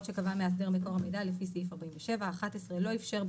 שקבע מאסדר מקור המידע לפי סעיף 47. לא איפשר,